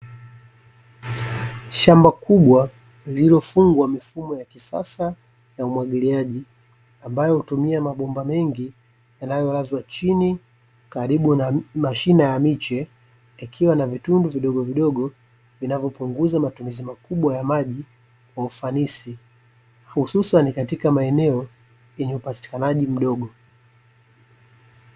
Shamba kubwa lililofungwa mifumo ya kisasa ya umwagiliaji, ambayo hutumia mabomba mengi yanayolazwa chini karibu na mashina ya miche, ikiwa na vitundu vidogo vidogo vinavyopunguza matumizi makubwa ya maji, kwa ufanisi, hususani katika maeneo yenye upatikanaji mdogo.